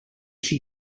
she